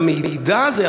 המידע הזה,